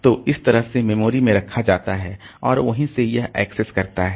तो इस तरह से इसे मेमोरी में रखा जाता है और वहीं से यह एक्सेस करता है